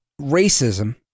racism